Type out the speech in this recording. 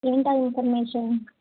ఏంటా ఇన్ఫర్మేషన్